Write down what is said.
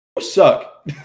suck